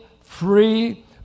free